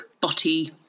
body